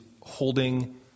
holding